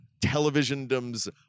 televisiondom's